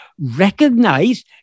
recognize